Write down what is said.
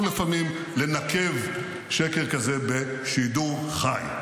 -- טוב לפעמים לנקב שקר כזה בשידור חי.